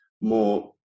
more